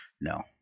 No